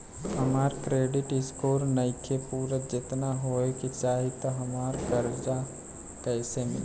हमार credit score नईखे पूरत जेतना होए के चाही त हमरा कर्जा कैसे मिली?